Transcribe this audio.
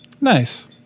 Nice